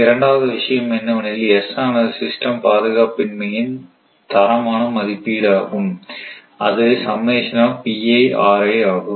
இரண்டாவது விஷயம் என்னவெனில் s ஆனது சிஸ்டம் பாதுகாப்பின்மையின் தரமான மதிப்பீடாகும் அது ஆகும்